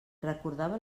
recordava